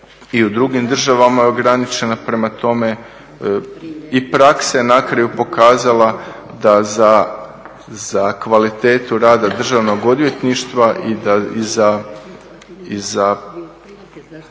i u drugim državama je ograničena. Prema tome i praksa je na kraju pokazala da za kvalitetu rada državnog odvjetništva i za